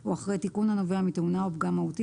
או אחרי תיקון הנובע מתאונה או גם מהותי